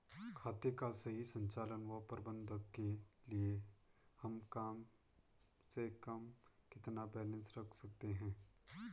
खाते का सही संचालन व प्रबंधन के लिए हम कम से कम कितना बैलेंस रख सकते हैं?